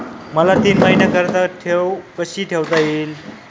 मला तीन महिन्याकरिता ठेव कशी ठेवता येईल?